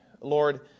Lord